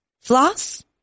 floss